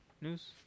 news